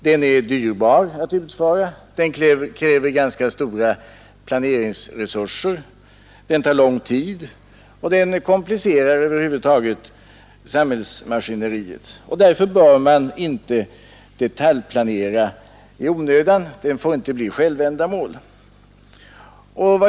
Den är dyr att utföra, den kräver ganska stora planeringsresurser, den tar lång tid och den komplicerar över huvud taget samhällsmaskineriet. Därför bör man inte detaljplanera i onödan; planeringen får inte bli något självändamål.